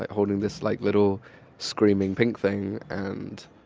holding this like little screaming pink thing. and